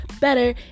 better